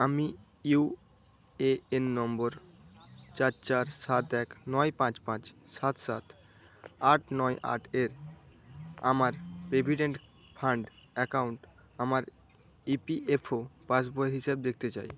আমি U A N নম্বর চার চার সাত এক নয় পাঁচ পাঁচ সাত সাত আট নয় আট এর আমার প্রভিডেন্ট ফান্ড অ্যাকাউন্ট আমার ই পি এফ ও পাসবইয়ের হিসাব দেখতে চাই